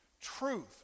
truth